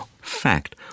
Fact